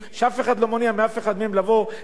ואף אחד לא מונע מאף אחד מהם לבוא אלינו,